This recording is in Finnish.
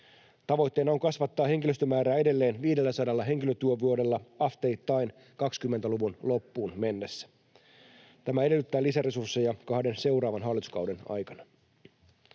Tavoitteena on kasvattaa henkilöstömäärää edelleen 500 henkilötyövuodella asteittain 20-luvun loppuun mennessä. Tämä edellyttää lisäresursseja kahden seuraavan hallituskauden aikana.